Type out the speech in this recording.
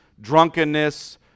drunkenness